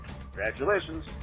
Congratulations